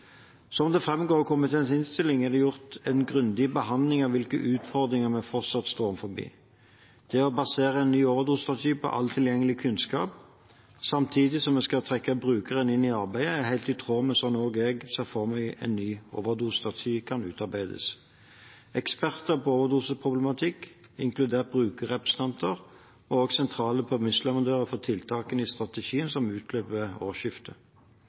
Som det framgår av komiteens innstilling, er det gjort en grundig behandling av hvilke utfordringer vi fortsatt står overfor. Det å basere en ny overdosestrategi på all tilgjengelig kunnskap, samtidig som vi skal trekke brukeren inn i arbeidet, er helt i tråd med hvordan jeg ser for meg at en ny overdosestrategi kan utarbeides. Eksperter på overdoseproblematikk, inkludert brukerrepresentanter, var sentrale premissleverandører for tiltakene i strategien som utløp ved årsskiftet.